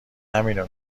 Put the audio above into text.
همینو